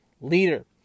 leader